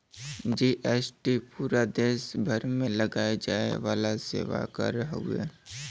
GST पूरा देस भर में लगाये जाये वाला सेवा कर हउवे